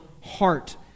heart